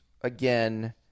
again